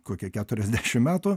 kokie keturiasdešim metų